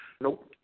Nope